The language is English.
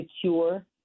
secure